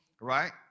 right